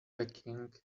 peking